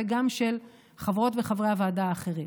וגם של חברות וחברי הוועדה האחרים.